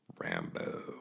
Rambo